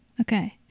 Okay